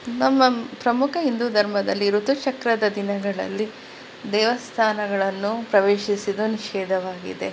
ನಮ್ಮ ಪ್ರಮುಖ ಹಿಂದೂ ಧರ್ಮದಲ್ಲಿ ಋತುಚಕ್ರದ ದಿನಗಳಲ್ಲಿ ದೇವಸ್ಥಾನಗಳನ್ನು ಪ್ರವೇಶಿಸುವುದು ನಿಷಿದ್ಧವಾಗಿದೆ